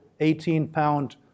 18-pound